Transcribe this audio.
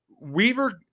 Weaver –